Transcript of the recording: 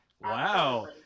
Wow